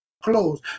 Close